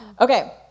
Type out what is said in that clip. Okay